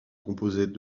composaient